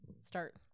start